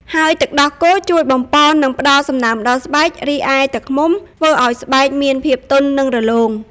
ហើយទឹកដោះគោជួយបំប៉ន និងផ្ដល់សំណើមដល់ស្បែក រីឯទឹកឃ្មុំធ្វើឱ្យស្បែកមានភាពទន់និងរលោង។